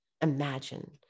imagine